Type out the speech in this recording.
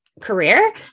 career